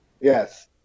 Yes